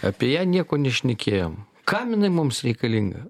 apie ją nieko nešnekėjom kam jinai mums reikalinga